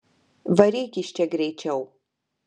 varyk iš čia greičiau